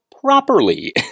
properly